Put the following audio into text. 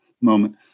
moment